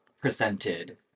presented